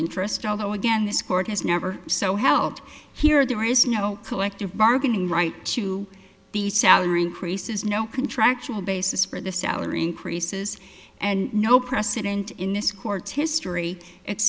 interest although again this court has never so held here there is no collective bargaining right to the salary increases no contractual basis for the salary increases and no precedent in this court's history